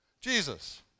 Jesus